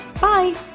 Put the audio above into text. bye